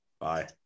Bye